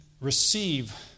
receive